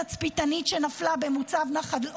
תצפיתנית שנפלה במוצב נחל עוז,